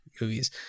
movies